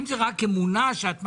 אם זאת רק אמונה שאת מאמינה,